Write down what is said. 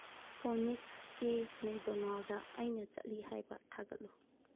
ꯐꯣꯅꯤꯛꯁꯀꯤ ꯃꯦꯛꯗꯣꯅꯥꯜꯗ ꯑꯩꯅ ꯆꯠꯂꯤ ꯍꯥꯏꯕ ꯊꯥꯒꯠꯂꯨ